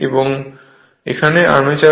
এবং এটি আর্মেচার